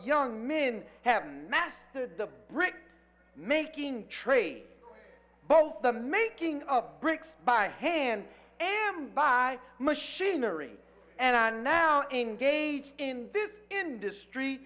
young men have mastered the brick making tree both the making of bricks by hand am by machinery and now engaged in this industry